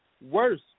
worse